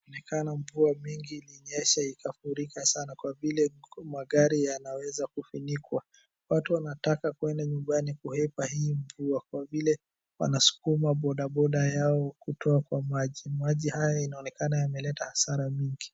Inaonekana mvua mingi ilinyesha ikafurika sana kwa vile magari yanaweza kufumikwa. Watu wanataka kwenda nyumbani kuhepa hii mvua kwa vile wanaskuma bodaboda yao kutoa kwa maji. Maji haya inaonekana yamealeta hasara mingi.